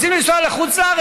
רוצים לנסוע לחוץ-לארץ?